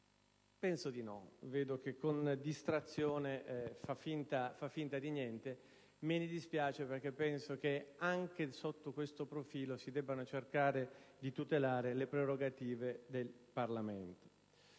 Penso di no, ma vedo che con distrazione fa finta di niente, e me ne dispiace, perché penso che anche sotto questo profilo si debba cercare di tutelare le prerogative del Parlamento.